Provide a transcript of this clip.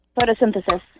Photosynthesis